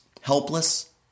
Helpless